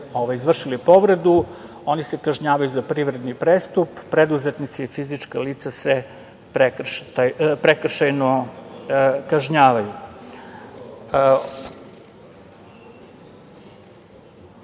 izvršili povredu, oni se kažnjavaju za privredni prestup, preduzetnici i fizička lica se prekršajno kažnjavaju. Ono